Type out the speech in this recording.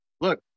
look